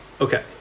Okay